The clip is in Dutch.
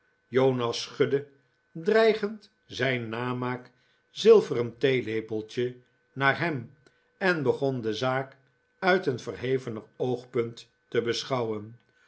jonas schudde dreigend zijn namaak zilveren theelepeltje naar hem en begon de zaak uit een verhevener oogpunt te beschouwen